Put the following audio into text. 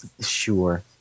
Sure